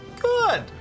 Good